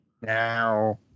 Now